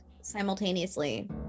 simultaneously